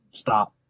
stop